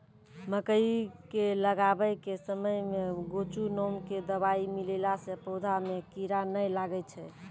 मकई के लगाबै के समय मे गोचु नाम के दवाई मिलैला से पौधा मे कीड़ा नैय लागै छै?